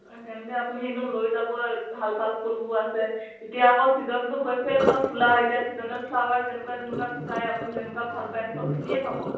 তেন্তে আপুনি একদম লৈ যাব ভাল ভাল ফুলবোৰ আছে এতিয়া আকৌ ছিজনটো হৈছে নহয় ফুলা এতিয়া ছিজনেল ফ্লাৱাৰ যেনেকুৱা যেনেকুৱা বিচাৰে আপুনি যেনেকুৱা ভাল পায় চবখিনিয়ে পাব